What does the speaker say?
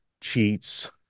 cheats